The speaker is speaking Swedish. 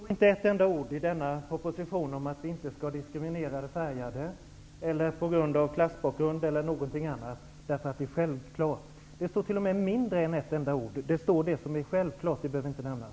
Herr talman! Det står inte ett enda ord i propositionen om att vi inte skall diskriminera de färgade eller diskriminera på grund av klasstillhörighet eller någonting annat, för det är självklart. Det står t.o.m. mindre än ett enda ord. Det som är självklart behöver inte nämnas.